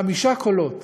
חמישה קולות